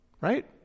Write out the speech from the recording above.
right